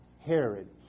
Herod